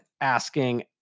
asking